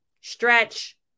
stretch